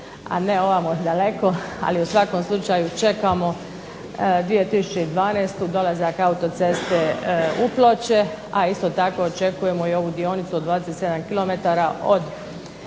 a ne ovamo daleko, ali u svakom slučaju čekamo 2012. dolazak autoceste u Ploče, a isto tako očekujemo i ovu dionicu od 27